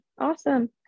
Awesome